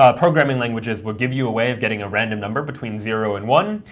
ah programming languages will give you a way of getting a random number between zero and one,